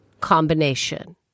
combination